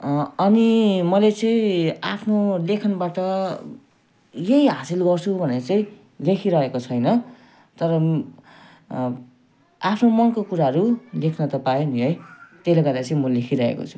अनि मैले चाहिँ आफ्नो लेखनबाट यही हासिल गर्छु भनेर चाहिँ लेखिरहेको छैन तर आफ्नो मनको कुराहरू लेख्न त पायो नि है त्यसले गर्दा चाहिँ लेखिरहेको छु